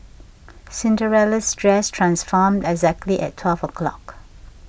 Cinderella's dress transformed exactly at twelve o'clock